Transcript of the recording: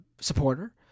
supporter